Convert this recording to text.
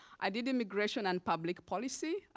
i did immigration and public policy,